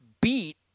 beat